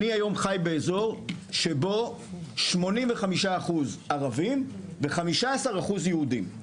אני היום חי באזור שבו 85% ערבים ו-15% יהודים.